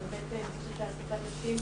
כי באמת נושא תעסוקת נשים